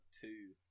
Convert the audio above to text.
two